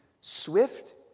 swift